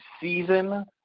season